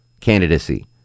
candidacy